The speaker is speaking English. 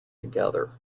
together